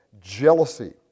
Jealousy